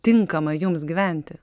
tinkama jums gyventi